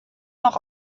noch